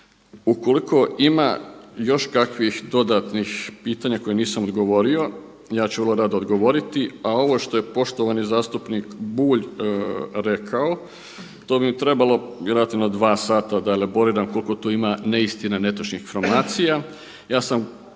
Ukoliko ima još kakvih dodatnih pitanja koje nisam odgovorio ja ću vrlo rado odgovoriti, a ovo što je poštovani zastupnik Bulj rekao to bi mi trebalo relativno dva sada da elaboriram koliko tu ima neistina, netočnih informacija.